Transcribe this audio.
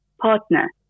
partner